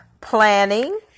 planning